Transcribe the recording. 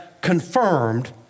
confirmed